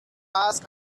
ask